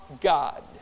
God